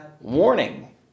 warning